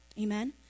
Amen